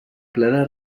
bleda